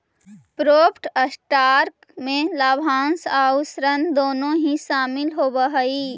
preferred stock में लाभांश आउ ऋण दोनों ही शामिल होवऽ हई